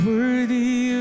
Worthy